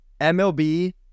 MLB